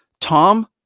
Tom